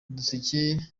uduseke